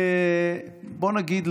בוא נגיד,